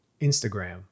Instagram